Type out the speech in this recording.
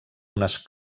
unes